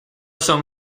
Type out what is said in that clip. son